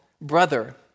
brother